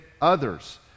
others